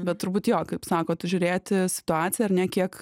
bet turbūt jo kaip sakot žiūrėt į situaciją ar ne kiek